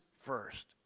first